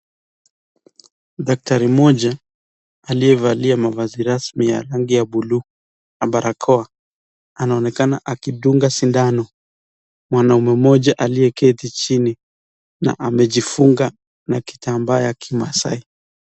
Daktari mmoja aliyevaa mavazi rasmi ya rangi ya blue na barakoa anaonekana akidunga sindano mwanamume mmoja aliyeketi chini na amejifunga na kitambaa ya kimasai.